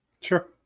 Sure